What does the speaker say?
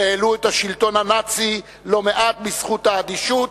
והעלו את השלטון הנאצי לא מעט בזכות האדישות,